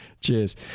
Cheers